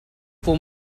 for